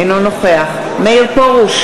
אינו נוכח מאיר פרוש,